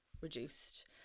reduced